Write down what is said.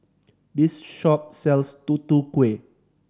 this shop sells Tutu Kueh